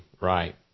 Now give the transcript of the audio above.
right